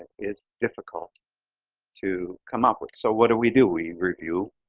is difficult to come up with. so what do we do? we review.